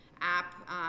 app